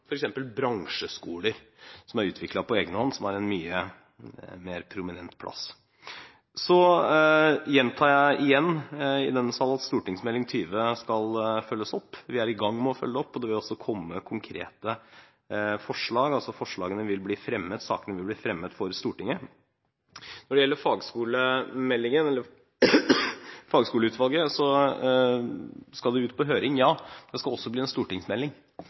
har en mye mer prominent plass. Så gjentar jeg igjen i denne sal at Meld. St. 20 for 2012–2013 skal følges opp. Vi er i gang med å følge opp, og det vil også komme konkrete forslag og saker som vil bli fremmet for Stortinget. Når det gjelder fagskoleutvalget, skal det ut på høring. Det skal også bli en stortingsmelding.